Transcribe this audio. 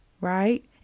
right